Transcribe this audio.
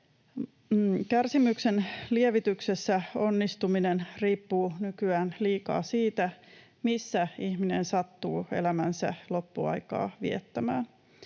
Kärsimyksen lievityksessä onnistuminen riippuu nykyään liikaa siitä, missä ihminen sattuu elämänsä loppuaikaa viettämään.